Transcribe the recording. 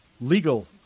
legal